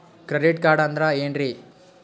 Credit card ಅಂದ್ರ ಏನ್ರೀ?